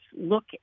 look